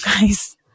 guys